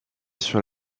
sur